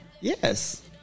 Yes